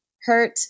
hurt